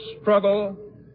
struggle